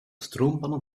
stroompanne